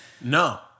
No